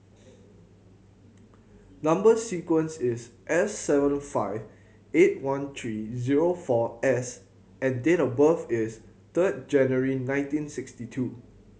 number sequence is S seven five eight one three zero four S and date of birth is third January nineteen sixty two